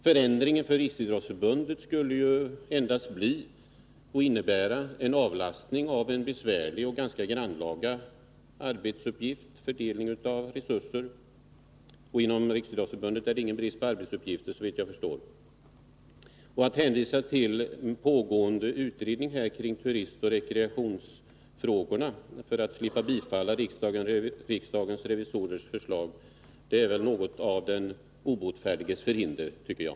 Förändringen för Riksidrottsförbundet skulle innebära en avlastning av en besvärlig och ganska grannlaga arbetsuppgift, nämligen fördelningen av resurser. Inom Riksidrottsförbundet råder ingen brist på arbetsuppgifter, såvitt jag förstår. Att hänvisa till pågående utredning om turistoch rekreationsfrågorna för att slippa bifalla riksdagens revisorers förslag är något av den obotfärdiges förhinder, tycker jag.